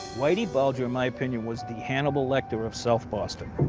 whitey bulger, in my opinion, was the hannibal lecter of south boston.